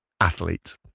athlete